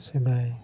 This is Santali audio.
ᱥᱮᱫᱟᱭ